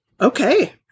Okay